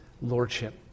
lordship